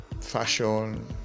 fashion